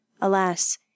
Alas